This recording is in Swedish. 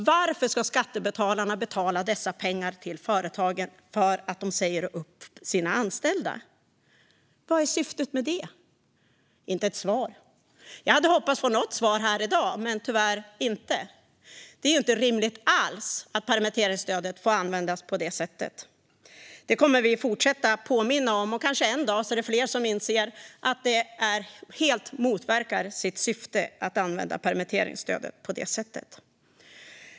Varför ska skattebetalarna betala dessa pengar till företagen för att de säger upp sina anställda? Vad är syftet med det? Inte ett svar. Jag hade hoppats få något svar i dag - men tyvärr inte. Det är inte alls rimligt att permitteringsstödet får användas på det sättet. Det kommer vi i Vänsterpartiet att fortsätta att påminna om, och kanske en dag är det fler som inser att det helt motverkar sitt syfte att använda permitteringsstödet på det sättet.